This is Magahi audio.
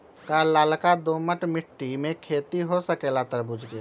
का लालका दोमर मिट्टी में खेती हो सकेला तरबूज के?